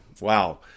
Wow